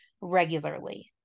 regularly